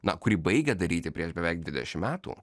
na kurį baigė daryti prieš beveik dvidešimt metų